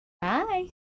Bye